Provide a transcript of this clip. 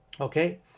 okay